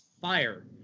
fire